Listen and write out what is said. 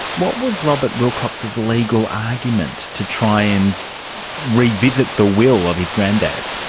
what was robert wilcox's legal argument to try and revisit the will of his grandad?